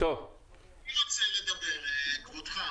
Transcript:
אני רוצה לדבר, כבודך.